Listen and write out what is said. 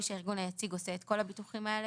שהארגון היציג עושה את כל הביטוחים האלה,